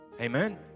Amen